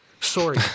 Sorry